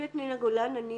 פנינה גולן,